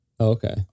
Okay